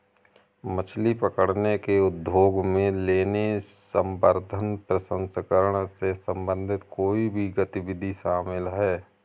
मछली पकड़ने के उद्योग में लेने, संवर्धन, प्रसंस्करण से संबंधित कोई भी गतिविधि शामिल है